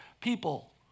people